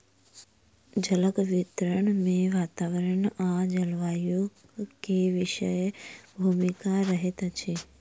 जलक वितरण मे वातावरण आ जलवायुक विशेष भूमिका रहैत अछि